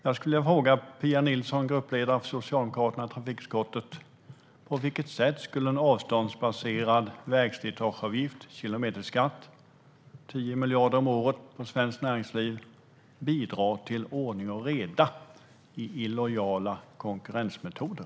Jag vill fråga Pia Nilsson, som är gruppledare för Socialdemokraterna i trafikutskottet: På vilket sätt skulle en avståndsbaserad vägslitageavgift eller kilometerskatt på 10 miljarder om året för svenskt näringsliv bidra till ordning och reda när det gäller illojala konkurrensmetoder?